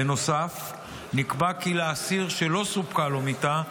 בנוסף, נקבע כי לאסיר שלא סופקה לו מיטה,